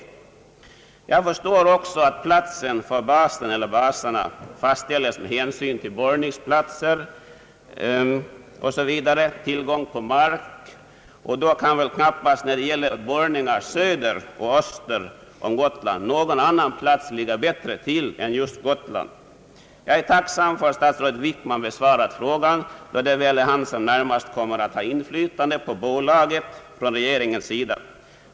Jag förstår också att platsen för basen eller baserna fastställes med hänsyn till borrningsplatser, tillgång "på mark m.m. När det gäller borrningar söder och öster om Gotland kan väl knappast någon annan plats ligga bättre till än just Gotland. Jag är tacksam för att statsrådet Wickman besvarat frågan, då det väl är han som närmast kommer att ha inflytande på bolaget från regeringens sida.